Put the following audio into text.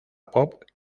pop